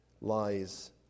lies